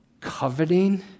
coveting